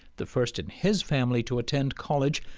the first in his family to attend college,